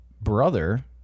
brother